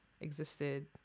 existed